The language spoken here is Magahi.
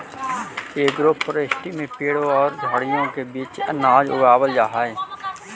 एग्रोफोरेस्ट्री में पेड़ों और झाड़ियों के बीच में अनाज उगावाल जा हई